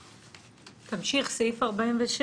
תמשיך, סעיף 46